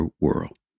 world